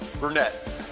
Burnett